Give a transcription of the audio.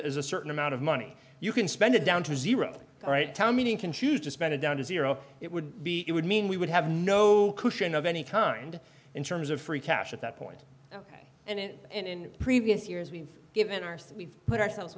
as a certain amount of money you can spend it down to zero all right tom meaning can choose to spend it down to zero it would be it would mean we would have no cushion of any kind in terms of free cash at that point ok and it and in previous years we've given our sleeve put ourselves